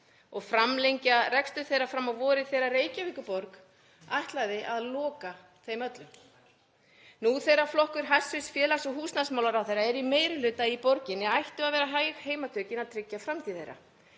og framlengja rekstur þeirra fram á vorið þegar Reykjavíkurborg ætlaði að loka þeim öllum. Nú þegar flokkur hæstv. félags- og húsnæðismálaráðherra er í meiri hluta í borginni ættu að vera hæg heimatökin að tryggja framtíð þeirra.